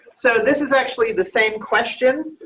so this is actually the same question,